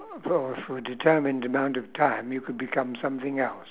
uh for a for a determined amount of time you could become something else